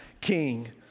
King